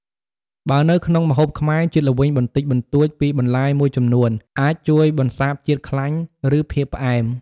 បើនៅក្នុងម្ហូបខ្មែរ ជាតិល្វីងបន្តិចបន្តួចពីបន្លែមួយចំនួន អាចជួយបន្សាបជាតិខ្លាញ់ ឬភាពផ្អែម។